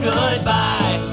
Goodbye